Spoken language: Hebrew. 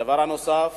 דבר נוסף,